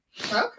okay